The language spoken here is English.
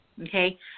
okay